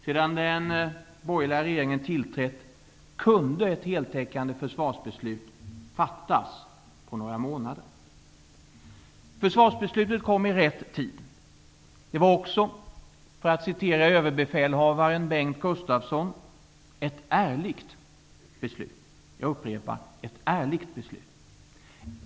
Sedan den borgerliga regeringen tillträtt kunde ett heltäckande försvarsbeslut fattas på några månader. Försvarsbeslutet kom i rätt tid. Det var också -- för att återge ÖB Bengt Gustafsson -- ett ärligt beslut.